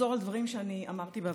ולחזור על דברים שאני אמרתי בוועדה.